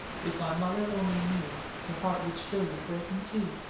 if my mother only knew her heart would surely break in two.